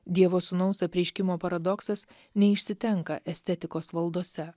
dievo sūnaus apreiškimo paradoksas neišsitenka estetikos valdose